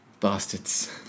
Bastards